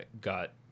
got